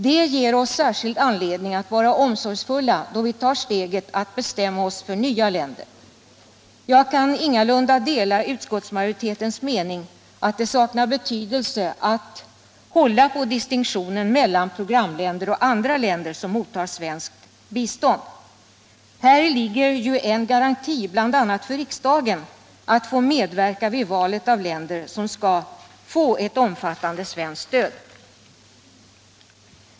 Det ger oss särskild anledning att vara omsorgsfulla då vi tar steget för att bestämma oss för nya länder. Jag kan ingalunda dela utskottsmajoritetens mening att det saknar betydelse att hålla på distinktionen mellan programländer och andra länder som mottar svensk bistånd. Häri ligger ju en garanti bl.a. för riksdagen att få medverka vid valet av länder som skall få ett omfattande svenskt stöd.